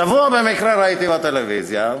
השבוע במקרה ראיתי בטלוויזיה,